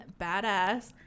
badass